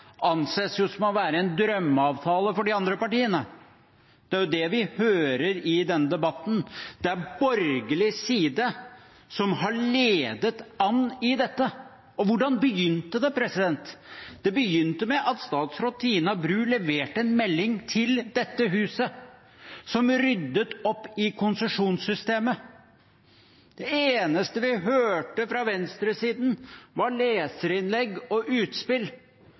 anses for å være en drømmeavtale for de andre partiene. Det er jo det vi hører i denne debatten. Det er borgerlig side som har ledet an i dette. Og hvordan begynte det? Det begynte med at statsråd Tina Bru leverte en melding til dette huset som ryddet opp i konsesjonssystemet. Det eneste vi hørte fra venstresiden, var leserinnlegg og utspill.